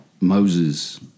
Moses